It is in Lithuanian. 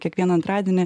kiekvieną antradienį